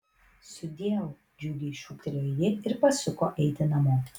sudieu džiugiai šūktelėjo ji ir pasuko eiti namo